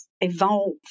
evolve